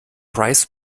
price